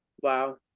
Wow